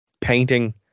painting